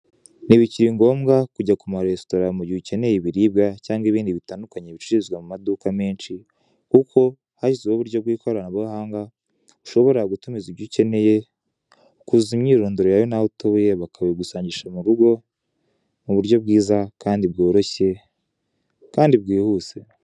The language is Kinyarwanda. Ntibikiri ngombwa kujya ku maresitora mu gihe ukeneye ibiribwa cyangwa ibindi bitandukanye bicururizwa mu maduka menshi kuko yashyizweho uburyo bw'ikoranabuhanga ushobora gutumiza ibyo ucyeneye ukuzuza imyirondoro yawe naho utuye bakabigusangisha mu rugo mu buryo bwiza kandi byoroshye kandi bwihuse.